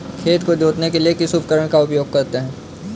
खेत को जोतने के लिए किस उपकरण का उपयोग करते हैं?